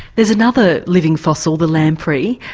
there's another living fossil, the lamprey,